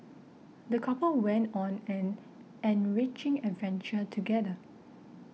the couple went on an enriching adventure together